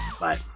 Bye